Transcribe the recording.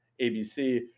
ABC